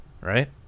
right